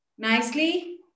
Nicely